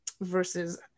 versus